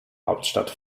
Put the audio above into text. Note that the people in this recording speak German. hauptstadt